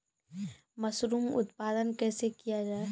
Mushroom उत्पादन कैसे किया जाय?